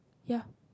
ya